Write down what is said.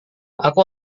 aku